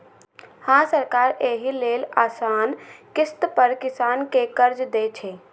हां, सरकार एहि लेल आसान किस्त पर किसान कें कर्ज दै छै